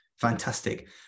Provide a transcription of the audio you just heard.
fantastic